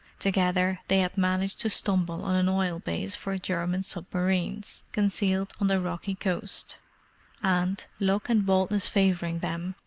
together they had managed to stumble on an oil-base for german submarines, concealed on the rocky coast and, luck and boldness favouring them,